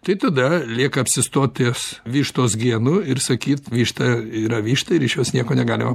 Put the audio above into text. tai tada lieka apsistot ties vištos genu ir sakyt višta yra višta ir iš jos nieko negalima